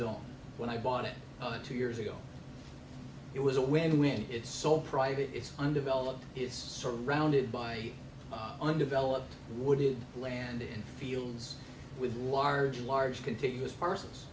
zone when i bought it but two years ago it was a win when it's so private it's undeveloped is surrounded by undeveloped wooded land in fields with large large continuous par